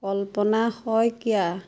Kalpana Saikia